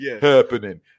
happening